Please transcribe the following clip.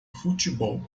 futebol